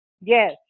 Yes